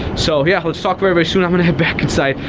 so yeah, let's talk very, very soon. i'm gonna head back inside.